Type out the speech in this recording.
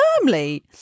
firmly